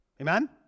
Amen